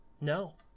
no